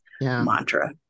mantra